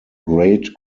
great